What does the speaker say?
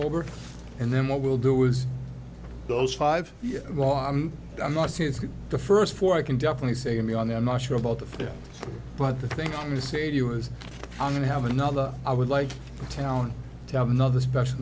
over and then what we'll do was those five law i'm not saying it's the first four i can definitely say and be on the i'm not sure about that but the thing i'm going to say to you is i'm going to have another i would like town to have another special